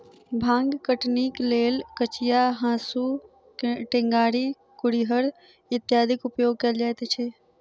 भांग कटनीक लेल कचिया, हाँसू, टेंगारी, कुरिहर इत्यादिक उपयोग कयल जाइत छै